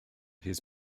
his